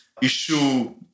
issue